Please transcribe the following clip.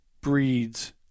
breeds